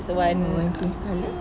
don't want change colour